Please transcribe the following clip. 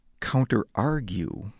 counter-argue